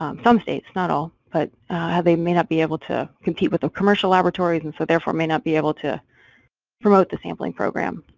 um some states not all, but how they may not be able to compete with the commercial laboratories and so therefore may not be able to promote the sampling programme.